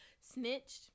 snitched